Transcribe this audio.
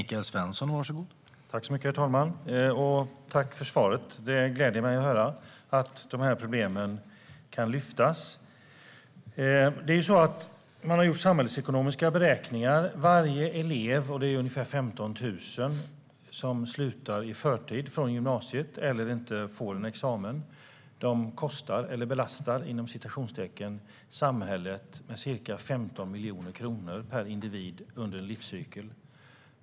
Herr talman! Jag tackar statsrådet för svaret. Det gläder mig att höra att dessa problem kan lyftas upp. Det har gjorts samhällsekonomiska beräkningar. Varje elev som slutar i förtid på gymnasiet eller inte får en examen, och det är ungefär 15 000, kostar samhället ca 15 miljoner kronor per individ under sin livscykel.